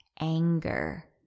anger